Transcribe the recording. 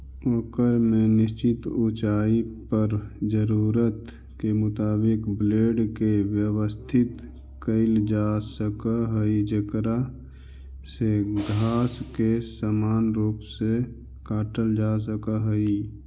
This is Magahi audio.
ओकर में निश्चित ऊँचाई पर जरूरत के मुताबिक ब्लेड के व्यवस्थित कईल जासक हई जेकरा से घास के समान रूप से काटल जा सक हई